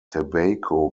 tobacco